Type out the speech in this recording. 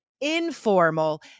informal